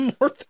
More